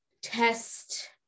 test